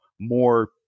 more